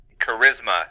charisma